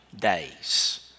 days